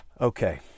Okay